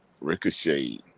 Ricochet